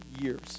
years